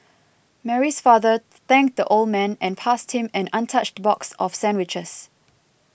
mary's father thanked the old man and passed him an untouched box of sandwiches